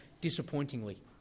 disappointingly